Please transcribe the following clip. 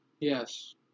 Yes